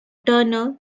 turner